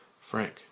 Frank